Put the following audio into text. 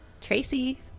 Tracy